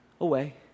away